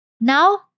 Now